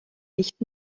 nicht